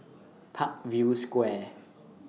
Parkview Square